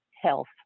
health